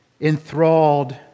enthralled